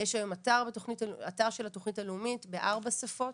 יש אתר של התוכנית הלאומית בארבע שפות,